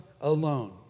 alone